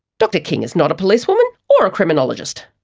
dr king is not a policewoman, or a criminologist.